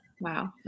Wow